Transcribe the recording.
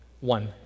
One